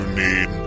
need